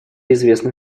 известно